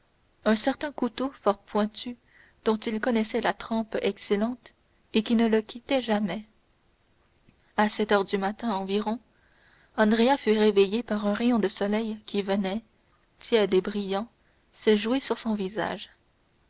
nuit certain couteau fort pointu dont il connaissait la trempe excellente et qui ne le quittait jamais à sept heures du matin environ andrea fut éveillé par un rayon de soleil qui venait tiède et brillant se jouer sur son visage